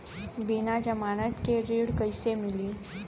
बिना जमानत के ऋण कईसे मिली?